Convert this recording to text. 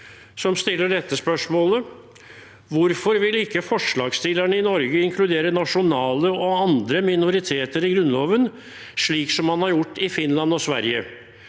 som stiller dette spørsmålet: Hvorfor vil ikke forslagsstillerne i Norge inkludere nasjonale og andre minoriteter i Grunnloven, slik som man har gjort i Finland og Sverige?